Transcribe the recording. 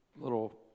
little